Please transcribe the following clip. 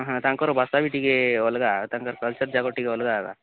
ହଁ ତାଙ୍କର ଭାଷା ବି ଟିକେ ଅଲଗା ତାଙ୍କର କଲଚର୍ ଯାକ ଟିକେ ଅଲଗା